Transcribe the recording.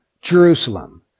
Jerusalem